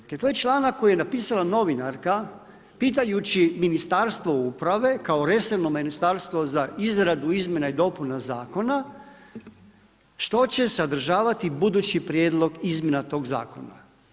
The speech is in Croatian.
Dakle to je članak koji je napisala novinarka pitajući Ministarstvo uprave, kao resorno ministarstvo za izradu izmjena i dopuna zakona, što će sadržavati budući prijedlog izmjena tog zakona.